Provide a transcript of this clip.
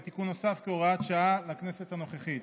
ותיקון נוסף כהוראת שעה לכנסת הנוכחית.